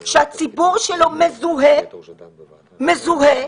אמר חברי חבר הכנסת לוי שהזווית של הוועדה הזו היא כלכלית,